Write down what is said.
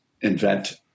invent